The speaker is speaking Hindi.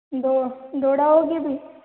दौड़ाओगे भी